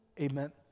Amen